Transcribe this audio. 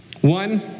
One